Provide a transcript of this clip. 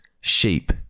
sheep